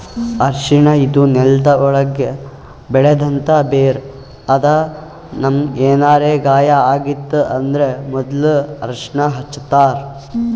ಅರ್ಷಿಣ ಇದು ನೆಲ್ದ ಒಳ್ಗ್ ಬೆಳೆಂಥ ಬೇರ್ ಅದಾ ನಮ್ಗ್ ಏನರೆ ಗಾಯ ಆಗಿತ್ತ್ ಅಂದ್ರ ಮೊದ್ಲ ಅರ್ಷಿಣ ಹಚ್ತಾರ್